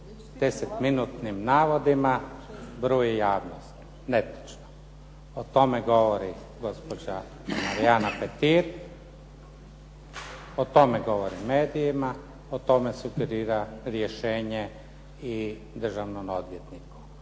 10-minutnim navodima bruji javnost. Netočno. O tome govori gospođa Marijana Petir, o tome govori medijima, o tome sugerira rješenje i državnom odvjetniku.